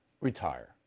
retire